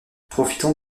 profitant